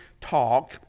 talk